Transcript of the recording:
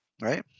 right